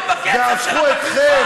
והכניסה עשרות-אלפי מתנחלים,